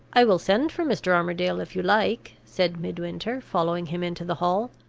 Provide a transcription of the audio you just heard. i will send for mr. armadale, if you like, said midwinter, following him into the hall.